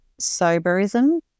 soberism